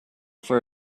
for